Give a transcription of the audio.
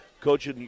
Coach